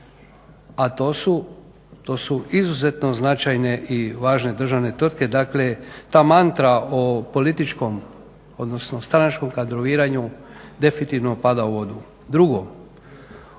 a to su izuzetno značajne i važne državne tvrtke. Dakle ta mantra o političkom odnosno stranačkom kadroviranju definitivno pada u vodu. Drugo,